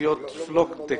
תעשיות פלוקטקס.